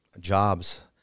jobs